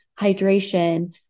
hydration